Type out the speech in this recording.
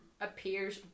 appears